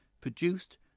produced